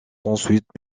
ensuite